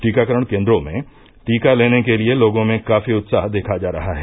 टीकाकरण केंद्रों में टीका लेने के लिए लोगों में काफी उत्साह देखा जा रहा है